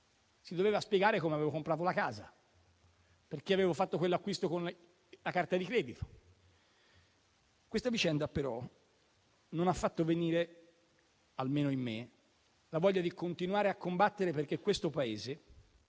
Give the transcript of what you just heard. si doveva spiegare come avevo comprato la casa o perché avevo fatto un acquisto con la carta di credito. Questa vicenda, però, non ha fatto venire meno, almeno in me, la voglia di continuare a combattere perché questo sia